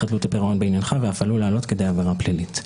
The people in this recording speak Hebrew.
חדלות הפירעון בעניינך ואף עלול לעלות כדי עבירה פלילית.